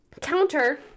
Counter